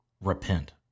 repent